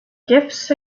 gifts